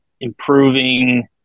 improving –